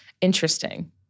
Interesting